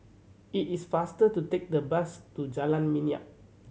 it is faster to take the bus to Jalan Minyak